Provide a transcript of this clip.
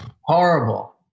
horrible